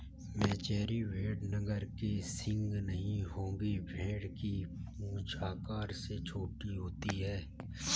मेचेरी भेड़ नर के सींग नहीं होंगे भेड़ की पूंछ आकार में छोटी होती है